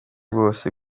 bwose